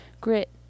grit